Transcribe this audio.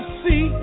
see